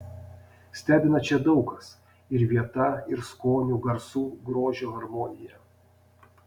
stebina čia daug kas ir vieta ir skonių garsų grožio harmonija